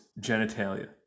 genitalia